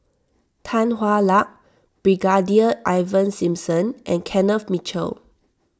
Tan Hwa Luck Brigadier Ivan Simson and Kenneth Mitchell